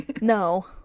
No